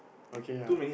okay ya